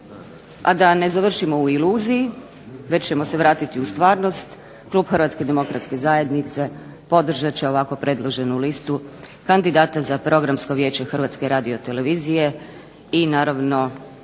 a da ne završimo u iluziji već ćemo se vratiti u stvarnost klub HDZ-a podržat će ovako predloženu listu kandidata za Programsko vijeće HRTV-e i naravno